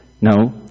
No